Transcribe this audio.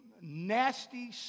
nasty